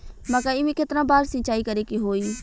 मकई में केतना बार सिंचाई करे के होई?